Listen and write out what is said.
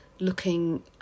looking